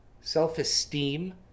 self-esteem